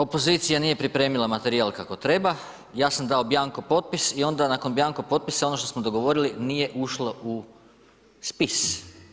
Opozicija nije pripremila materijal kako treba, ja sam dao bjanko potpis i onda nakon bjanko potpisa ono što smo dogovorili nije ušlo u spis.